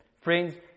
Friends